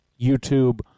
YouTube